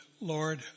Lord